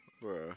Bro